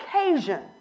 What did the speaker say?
occasion